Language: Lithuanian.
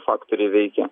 faktoriai veikia